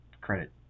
credit